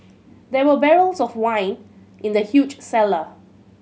there were barrels of wine in the huge cellar